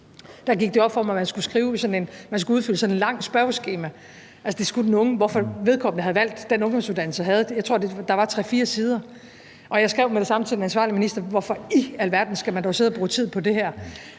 Da gik det op for mig, at man skulle udfylde sådan et langt spørgeskema. Det skulle den unge. Jeg tror, at der til den ungdomsuddannelse, vedkommende havde valgt, var 3-4 sider. Jeg skrev med det samme til den ansvarlige minister: Hvorfor i alverden skal man dog sidde og bruge tid på det her?